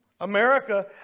America